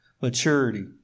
maturity